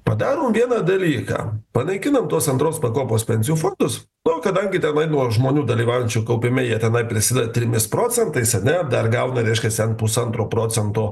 padarom vieną dalyką panaikinam tuos antros pakopos pensijų fondus nu kadangi tenai nuo žmonių dalyvaujančių kaupime jie tenai prisideda trimis procentais ane dar gauna reiškias ten pusantro procento